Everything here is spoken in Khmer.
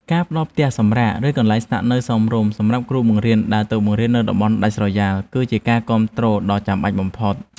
ការផ្តល់ផ្ទះសម្រាកឬកន្លែងស្នាក់នៅសមរម្យសម្រាប់គ្រូបង្រៀនដែលទៅបង្រៀននៅតំបន់ដាច់ស្រយាលគឺជាការគាំទ្រដ៏ចាំបាច់បំផុត។